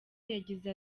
yagize